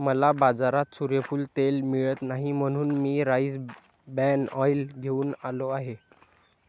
मला बाजारात सूर्यफूल तेल मिळत नाही म्हणून मी राईस ब्रॅन ऑइल घेऊन आलो आहे